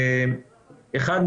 אחת,